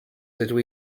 dydw